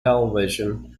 television